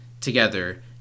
together